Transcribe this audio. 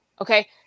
okay